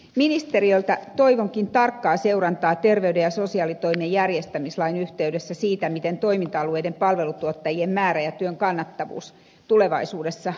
ministeriöltä toivonkin tarkkaa seurantaa terveyden ja sosiaalitoimen järjestämislain yhteydessä siitä miten toiminta alueiden palvelutuottajien määrä ja työn kannattavuus tulevaisuudessa määräytyvät